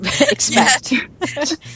expect